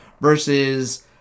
versus